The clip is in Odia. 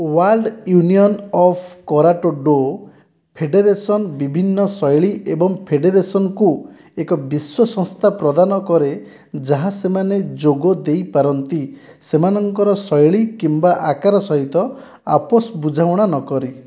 world union of karate do federation ବିଭିନ୍ନ ଶୈଳୀ ଏବଂ ଫେଡେରେସନ୍ କୁ ଏକ ବିଶ୍ୱ ସଂସ୍ଥା ପ୍ରଦାନ କରେ ଯାହା ସେମାନେ ଯୋଗ ଦେଇପାରନ୍ତି ସେମାନଙ୍କର ଶୈଳୀ କିମ୍ବା ଆକାର ସହିତ ଆପୋଷ ବୁଝାମଣା ନକରି